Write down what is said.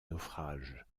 naufrage